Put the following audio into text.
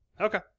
Okay